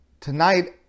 tonight